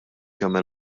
jagħmel